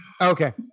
Okay